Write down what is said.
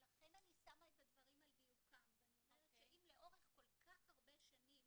לכן אני שמה את הדברים על דיוקם ואני אומרת שאם לאורך כל כך הרבה שנים